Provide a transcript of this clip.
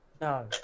No